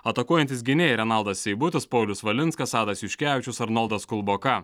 atakuojantys gynėjai renaldas seibutis paulius valinskas adas juškevičius arnoldas kulboka